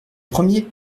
premier